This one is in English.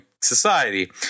society